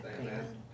Amen